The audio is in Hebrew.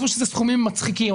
אמרו שאלה סכומים מצחיקים.